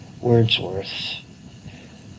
wordsworth